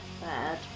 Bad